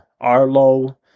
Arlo